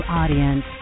audience